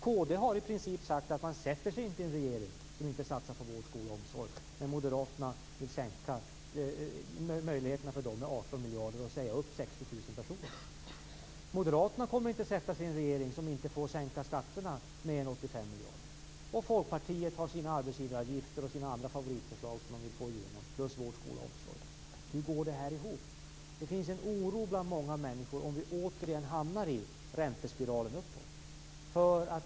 Kd har i princip sagt att man inte sätter sig i en regering som inte satsar på vård, skola och omsorg, men moderaterna vill minska deras möjligheter med 18 miljarder och säga upp 60 000 personer. Moderaterna kommer inte att sätta sig i en regering som inte får sänka skatterna med 85 miljarder. Folkpartiet har sina favoritförslag om t.ex. arbetsgivaravgifter som de vill få igenom, och dessutom förslag om vård, skola och omsorg. Hur går detta ihop? Det finns en oro bland många människor för att vi återigen skall hamna i den uppåtgående räntespiralen.